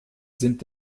sind